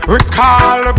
Recall